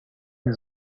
fut